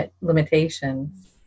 limitations